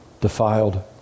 defiled